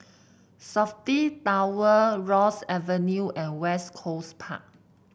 Safti Tower Ross Avenue and West Coast Park